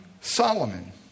Solomon